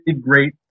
great